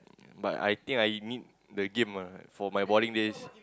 but I think I need the game ah for my boring days